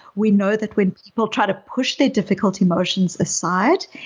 we know that when people try to push their difficult emotions aside,